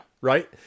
Right